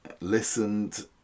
listened